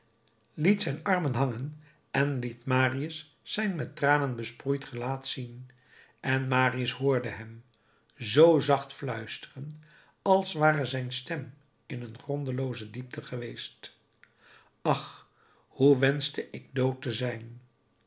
liet zijn armen hangen en liet marius zijn met tranen besproeid gelaat zien en marius hoorde hem zoo zacht fluisteren als ware zijn stem in een grondelooze diepte geweest ach hoe wenschte ik dood te zijn